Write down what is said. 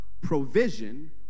provision